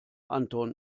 anton